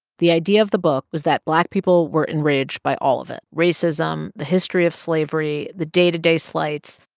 the idea of the book was that black people were enraged by all of it racism, the history of slavery, the day-to-day slights.